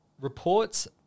reports